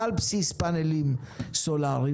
על בסיס פאנלים סולאריים,